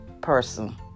person